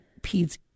peds